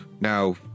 now